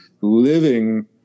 living